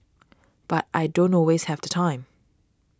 but I don't always have the time